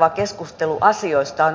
tehottomalla asedirektiivillä heikentää